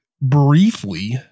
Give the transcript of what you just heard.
briefly